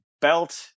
belt